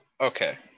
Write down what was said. okay